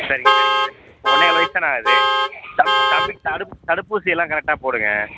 சரிங்க சரிங்க சரிங்க இப்போ ஒன்றே கால் வயது தானே ஆகுது தம் தம்பிக்கு தடுப் தடுப்பூசியெல்லாம் கரெக்டாக போடுங்க